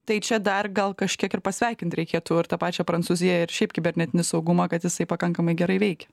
tai čia dar gal kažkiek ir pasveikint reikėtų ir tą pačią prancūziją ir šiaip kibernetinį saugumą kad jisai pakankamai gerai veikia